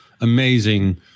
amazing